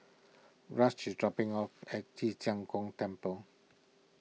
Rush is dropping off at Ci Zheng Gong Temple